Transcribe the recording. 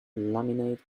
laminate